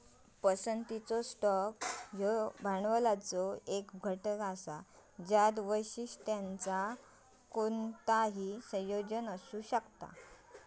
पसंतीचा स्टॉक ह्यो भांडवलाचो एक घटक असा ज्यात वैशिष्ट्यांचो कोणताही संयोजन असू शकता